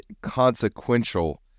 consequential